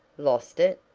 lost it?